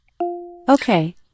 Okay